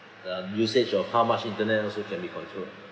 the usage of how much internet also can be controlled